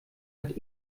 hat